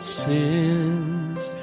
sins